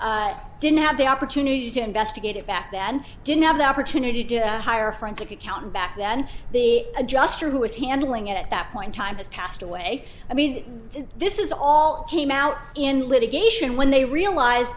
company didn't have the opportunity to investigate it back then didn't have the opportunity to hire a forensic accountant back then the adjuster who was handling at that point time has passed away i mean this is all came out in litigation when they realize